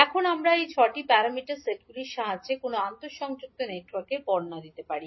এখন আমরা এই 6 টি প্যারামিটার সেটগুলির সাহায্যে কোনও আন্তঃসংযুক্ত নেটওয়ার্কের বর্ণনা দিতে পারি